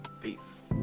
peace